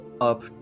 up